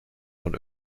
von